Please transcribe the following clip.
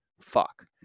fuck